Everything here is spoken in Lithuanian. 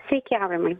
sveiki aurimai